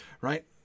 right